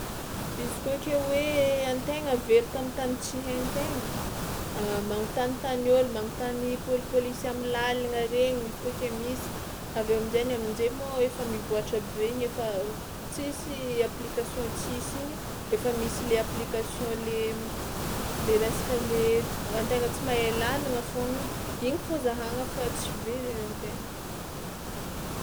Izy kôa ke hoe an-tegna very tam'tany tsy hain-tegna, magnontanintany ôlo, magnontany pôlipôlisy am'làlagna regny izy kôa ke misy avy eo amin-jainy amin-jay moa efa mivoàtra be iny efa tsisy application tsisy igny efa misy le application le le resaka le an-tegna tsy mahay làlagna foagna igny fao zahagna fa tsy very ery an-tegna.